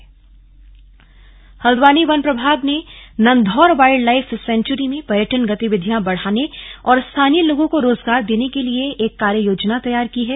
slug Nandhaur sanctuary Haldwani वन प्रभाग ने नंधौर वाइल्ड लाइफ सेंचुरी में पर्यटन गतिविधियां बढ़ाने और स्थानीय लोगों को रोजगार देने के लिए एक कार्य योजना तैयार की है